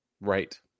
right